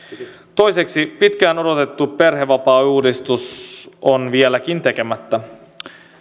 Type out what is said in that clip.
toiseksi pitkään odotettu perhevapaauudistus on vieläkin tekemättä